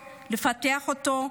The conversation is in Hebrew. לפתח אותו,